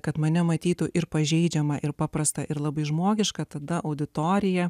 kad mane matytų ir pažeidžiama ir paprastą ir labai žmogišką tada auditoriją